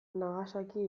nagasaki